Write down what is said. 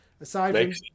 aside